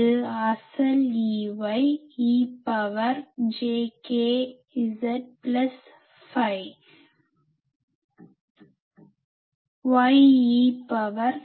இது அசல் Ey e power j k z plus phi y e power